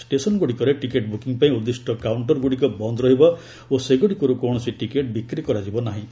ଷ୍ଟେସନ୍ଗୁଡ଼ିକରେ ticket booking ପାଇଁ ଉଦ୍ଦିଷ୍ଟ କାଉଣ୍ଟରଗୁଡ଼ିକ ବନ୍ଦ ରହିବ ଓ ସେଗୁଡ଼ିକରୁ କୌଣସି ଟିକେଟ୍ ବିକ୍ରି କରାଯିବ ନାହିଁ